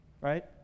right